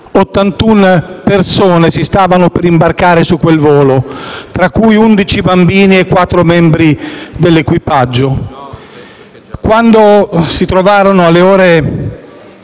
81 persone si stavano per imbarcare su quel volo, tra cui 11 bambini e 4 membri dell'equipaggio. Quando si trovarono, alle ore